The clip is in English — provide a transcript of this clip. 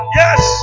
yes